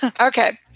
okay